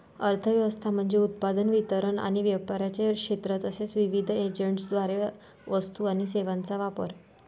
अर्थ व्यवस्था म्हणजे उत्पादन, वितरण आणि व्यापाराचे क्षेत्र तसेच विविध एजंट्सद्वारे वस्तू आणि सेवांचा वापर